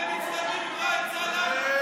ואתם נצמדים לראאד סלאח,